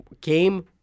came